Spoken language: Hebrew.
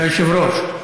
ליושב-ראש.